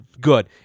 good